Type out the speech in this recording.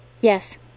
Yes